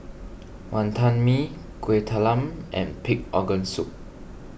Wantan Mee Kueh Talam and Pig Organ Soup